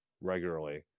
regularly